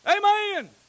Amen